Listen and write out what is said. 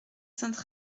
sainte